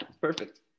Perfect